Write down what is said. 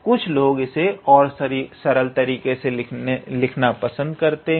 कुछ लोग इसे और सरल तरीके से लिखना पसंद करते हैं